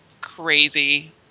Crazy